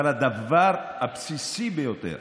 אבל הדבר הבסיסי ביותר